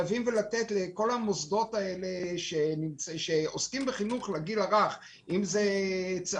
כל המוסדות שעוסקים בחינוך לגיל הרך צהרונים,